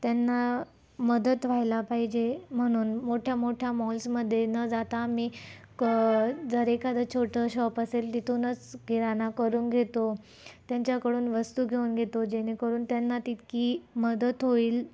त्यांना मदत व्हायला पाहिजे म्हणून मोठ्या मोठ्या मॉल्समध्ये न जाता आम्ही क जर एखादं छोटं शॉप असेल तिथूनच किराणा करून घेतो त्यांच्याकडून वस्तू घेऊन घेतो जेणेकरून त्यांना तितकी मदत होईल